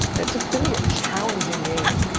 it's it's gonna be a challenging game.